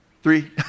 Three